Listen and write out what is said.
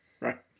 Right